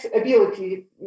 ability